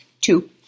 Two